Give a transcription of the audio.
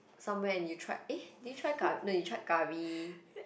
somewhere and you tried eh did you try cur~ no you tried curry